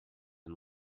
and